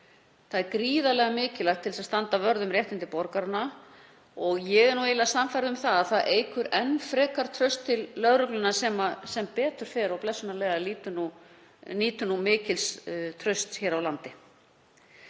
Það er gríðarlega mikilvægt til þess að standa vörð um réttindi borgaranna og ég er eiginlega sannfærð um að það eykur enn frekar traust til lögreglunnar, sem sem betur fer og blessunarlega nýtur mikils trausts hér á landi.